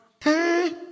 hey